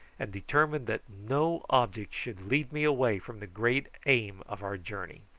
and determined that no object should lead me away from the great aim of our journey.